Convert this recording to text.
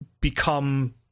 become